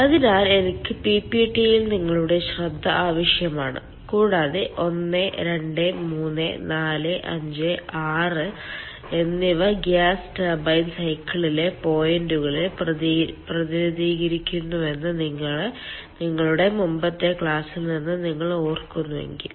അതിനാൽ എനിക്ക് പിപിടിയിൽ നിങ്ങളുടെ ശ്രദ്ധ ആവശ്യമാണ് കൂടാതെ 1 2 3 4 5 6 എന്നിവ ഗ്യാസ് ടർബൈൻ സൈക്കിളിലെ പോയിന്റുകളെ പ്രതിനിധീകരിക്കുന്നുവെന്ന് നിങ്ങളുടെ മുമ്പത്തെ ക്ലാസിൽ നിന്ന് നിങ്ങൾ ഓർക്കുന്നുവെങ്കിൽ